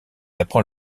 apprend